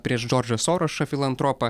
prieš džordžą sorošą filantropą